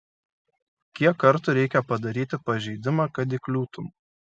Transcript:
kiek kartų reikia padaryti pažeidimą kad įkliūtum